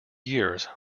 years